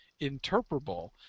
interpretable